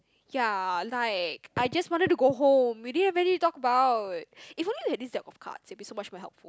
ya like I just wanted to go home we didn't have anything to talk about if only we have this deck of cards it'll be so much more helpful